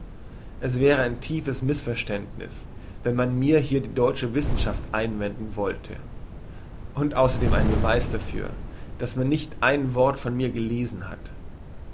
es wäre ein tiefes missverständniss wenn man mir hier die deutsche wissenschaft einwenden wollte und ausserdem ein beweis dafür dass man nicht ein wort von mir gelesen hat